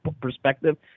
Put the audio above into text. perspective